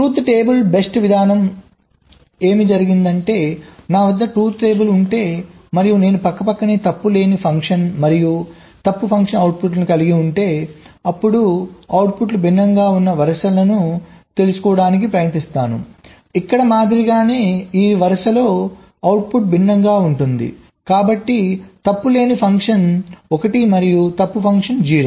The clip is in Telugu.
ట్రూత్ టేబుల్ బేస్డ్ విధానం ఏమి జరిగిందంటే నా వద్ద ట్రూత్ టేబుల్ ఉంటే మరియు నేను పక్కపక్కనే తప్పు లేని ఫంక్షన్ మరియు తప్పు ఫంక్షన్ అవుట్పుట్లను కలిగి ఉంటే అప్పుడు అవుట్పుట్లు భిన్నంగా ఉన్న వరుసను తెలుసుకోవడానికి ప్రయత్నిస్తాను ఇక్కడ మాదిరిగానే ఈ వరుసలో అవుట్పుట్ భిన్నంగా ఉంటుంది కాబట్టి తప్పు లేని ఫంక్షన్ 1 మరియు తప్పు ఫంక్షన్ 0